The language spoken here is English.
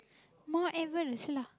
Mount-Everest lah